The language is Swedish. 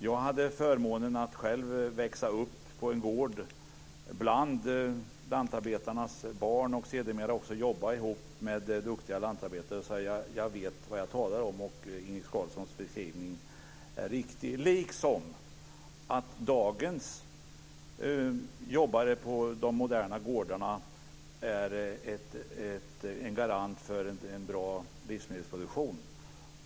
Jag hade förmånen att själv växa upp på en gård bland lantarbetarnas barn och sedermera också jobba ihop med duktiga lantarbetare, så jag vet vad jag talar om, och Inge Carlssons beskrivning är riktig, liksom att dagens jobbare på de moderna gårdarna är en garant för en bra livsmedelsproduktion.